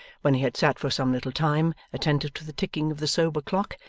when he had sat for some little time, attentive to the ticking of the sober clock,